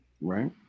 right